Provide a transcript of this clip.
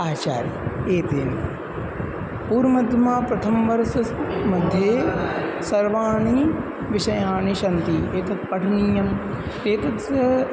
आचार्यः एतेव पूर्वमध्यमः प्रथमः वर्षस्यमध्ये सर्वाणि विषयाणि सन्ति एतत् पठनीयम् एतस्य